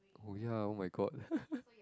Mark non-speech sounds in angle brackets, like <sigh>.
oh ya oh-my-god <laughs>